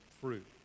fruit